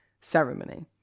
ceremony